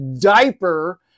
diaper